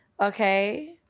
Okay